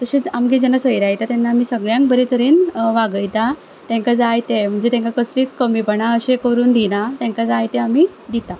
तशेंच आमगेर जेन्ना सयऱ्यां येता तेन्ना आमी सगळ्यांक बऱ्या तरेन वागयतात तेंकां जाय ते म्हणजे तेंकां कसलीच कमीपणां अशें करूंक दिना तेंका जाय तें आमी दितात